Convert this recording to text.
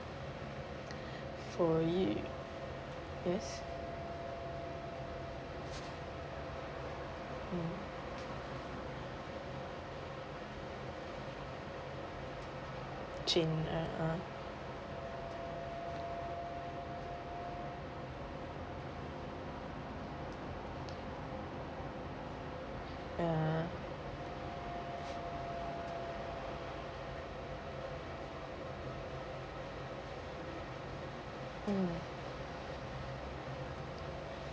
for you yes mm chain uh uh uh um